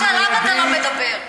חבל שעליו אתה לא מדבר.